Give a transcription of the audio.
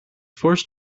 forced